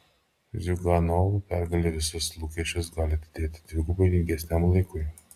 ziuganovo pergalė visus lūkesčius gali atidėti dvigubai ilgesniam laikui